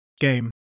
game